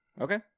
Okay